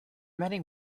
many